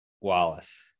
Wallace